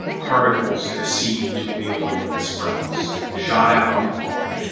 particles in a seed to wield when it sprouts, shot out on pollen,